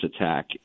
attack